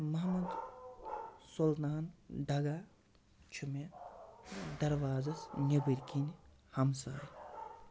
محمد سُلطان ڈَگا چھُ مےٚ دَروازَس نٮ۪بٕرۍ کِنۍ ہَمساے